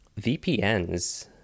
VPNs